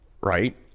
right